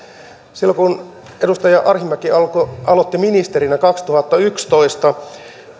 silloin kun edustaja arhinmäki aloitti ministerinä kaksituhattayksitoista